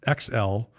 XL